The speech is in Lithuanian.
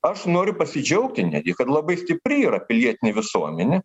aš noriu pasidžiaugti netgi kad labai stipri yra pilietinė visuomenė